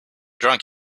drunk